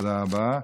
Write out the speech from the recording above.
תודה רבה.